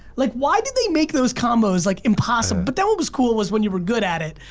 like why did they make those combos like impossible? but then what was cool was when you were good at it,